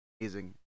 amazing